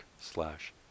slash